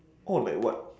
all like what